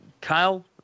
Kyle